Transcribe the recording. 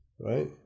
right